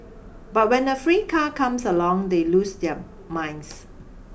but when a free car comes along they lose their minds